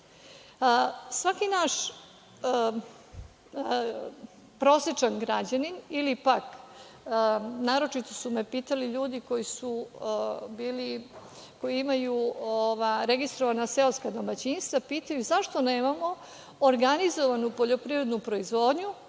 naš prosečan građanin, naročito su me pitali ljudi koji imaju registrovana seoska domaćinstva, pitaju – zašto nemamo organizovanu poljoprivrednu proizvodnju